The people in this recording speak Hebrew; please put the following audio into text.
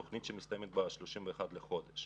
התוכנית שנגמרת ב-31 באוקטובר.